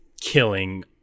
killing